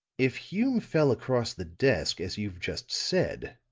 if hume fell across the desk, as you've just said,